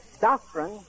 doctrine